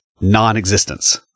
non-existence